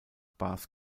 bars